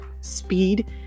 speed